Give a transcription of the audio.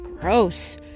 gross